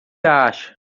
acha